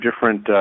different